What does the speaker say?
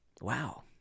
Wow